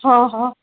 हा हा